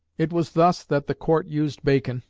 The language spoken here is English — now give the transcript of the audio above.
it was thus that the court used bacon,